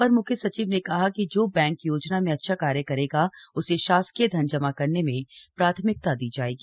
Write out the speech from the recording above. अपर मुख्य सचिव ने कहा कि जो बैंक योजना में अच्छा कार्य करेगा उसमें शासकीय धन जमा करने में प्राथमिकता दी जायेगी